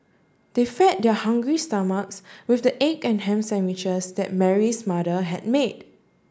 they fed their hungry stomachs with the egg and ham sandwiches that Mary's mother had made